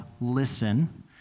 listen